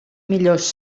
millors